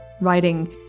writing